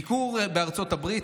ביקור בארצות הברית,